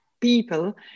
People